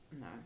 no